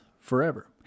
forever